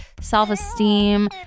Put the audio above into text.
self-esteem